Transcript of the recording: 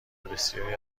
بسیاری